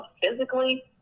physically